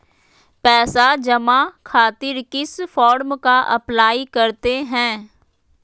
पैसा जमा खातिर किस फॉर्म का अप्लाई करते हैं?